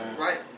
Right